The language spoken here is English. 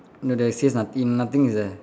no there is says noth~ nothing is there